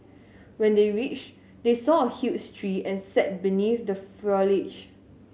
when they reached they saw a huge tree and sat beneath the foliage